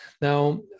Now